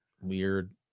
weird